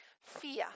Fear